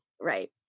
Right